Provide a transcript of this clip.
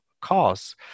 cause